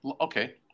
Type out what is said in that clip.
okay